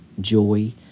joy